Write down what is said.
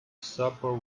supper